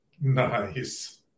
nice